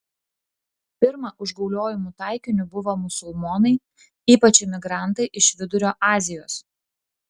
pirma užgauliojimų taikiniu buvo musulmonai ypač imigrantai iš vidurio azijos